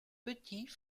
petits